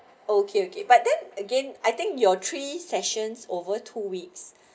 okay okay but then again I think your three sessions over two weeks